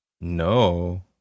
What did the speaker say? no